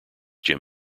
jim